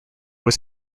was